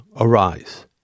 arise